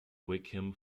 wickham